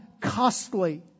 costly